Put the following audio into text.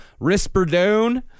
Risperdone